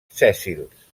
sèssils